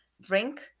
drink